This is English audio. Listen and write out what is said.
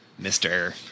mr